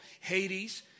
hades